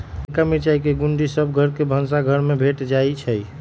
ललका मिरचाई के गुण्डी सभ घर के भनसाघर में भेंट जाइ छइ